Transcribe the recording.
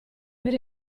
per